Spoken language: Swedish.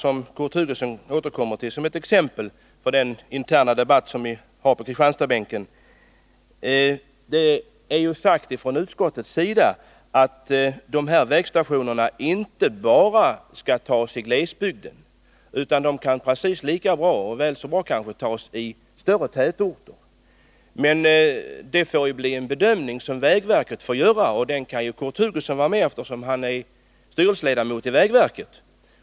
I den interna debatt som Kurt Hugosson säger att vi för på Kristianstadsbänken om vägstationerna vill jag säga att utskottet uttalat att nedläggning av vägstationer inte bara skall förekomma i glesbygden — de kan väl så bra göras istörre tätorter. Men det är en bedömning som vägverket får göra, och den kan ju Kurt Hugosson delta i eftersom han är styrelseledamot i vägverket.